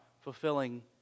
fulfilling